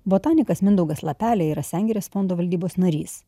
botanikas mindaugas lapelė yra sengirės fondo valdybos narys